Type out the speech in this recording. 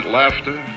laughter